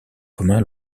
commun